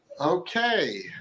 Okay